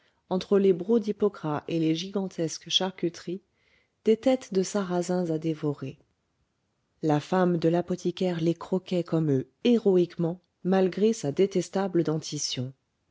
entre les brocs d'hypocras et les gigantesques charcuteries des têtes de sarrasins à dévorer la femme de l'apothicaire les croquait comme eux héroïquement malgré sa détestable dentition